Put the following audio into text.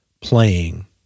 playing